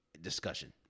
discussion